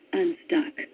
unstuck